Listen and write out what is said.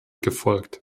gefolgt